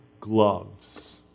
gloves